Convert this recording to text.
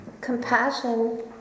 compassion